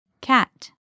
Cat